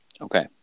Okay